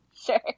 Sure